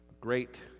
great